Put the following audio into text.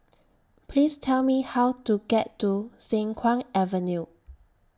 Please Tell Me How to get to Siang Kuang Avenue